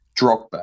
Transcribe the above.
Drogba